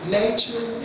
nature